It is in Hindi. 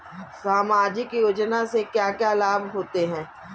सामाजिक योजना से क्या क्या लाभ होते हैं?